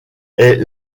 est